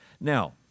Now